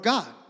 God